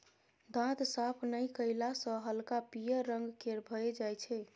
दांत साफ नहि कएला सँ हल्का पीयर रंग केर भए जाइ छै